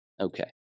Okay